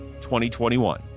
2021